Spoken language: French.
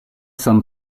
cent